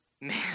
man